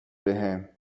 بهم